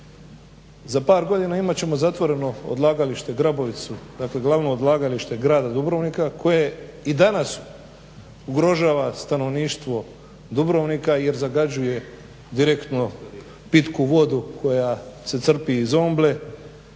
Za par godina imat ćemo zatvoreno odlagalište Grabovcu, dakle glavno odlagalište grada Dubrovnika koje i danas ugrožava stanovništvo Dubrovnika jer zagađuje direktno pitku vodu koja se crpi iz zomble.